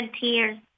tears